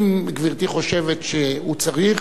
אם גברתי חושבת שהוא צריך,